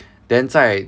then 在